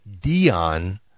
Dion